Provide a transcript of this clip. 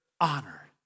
honor